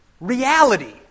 reality